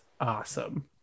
awesome